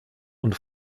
und